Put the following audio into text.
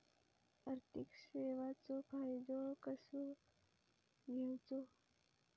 आर्थिक सेवाचो फायदो कसो घेवचो?